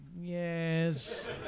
Yes